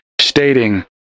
stating